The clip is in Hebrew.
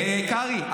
קרעי,